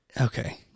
Okay